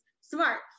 smart